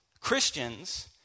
Christians